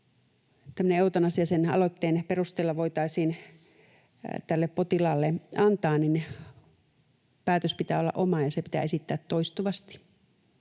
eutanasia sen aloitteen perusteella voitaisiin potilaalle antaa, päätöksen pitää olla oma ja se pitää esittää toistuvasti,